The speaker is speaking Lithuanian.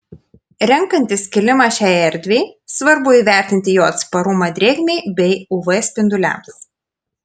renkantis kilimą šiai erdvei svarbu įvertinti jo atsparumą drėgmei bei uv spinduliams